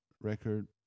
record